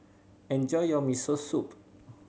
enjoy your Miso Soup